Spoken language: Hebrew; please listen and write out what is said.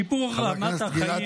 שיפור רמת החיים